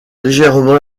légèrement